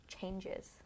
changes